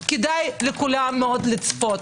כדאי לכולם לצפות.